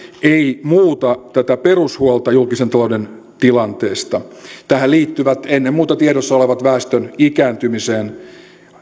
ei muuta tätä perushuolta julkisen talouden tilanteesta tähän liittyvät ennen muuta tiedossa olevat väestön ikääntymiseen